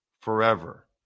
forever